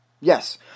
Yes